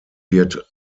wird